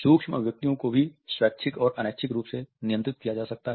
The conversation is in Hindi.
सूक्ष्म अभिव्यक्तियों को भी स्वैच्छिक और अनैच्छिक रूप से नियंत्रित किया जा सकता है